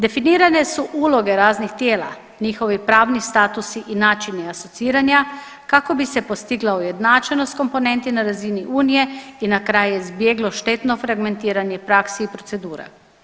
Definirane su uloge raznih tijela, njihovi pravni statusi i načini asociranja kako bi se postigla ujednačenost komponenti na razini Unije i na kraju izbjeglo štetno fragmentiranje praksi i procedura.